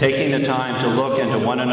taking the time to look into one